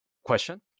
question